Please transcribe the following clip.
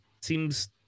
seems